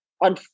on